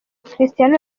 christiano